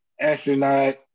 Astronaut